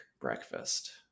breakfast